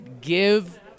give